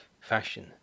fashion